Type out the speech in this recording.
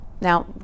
Now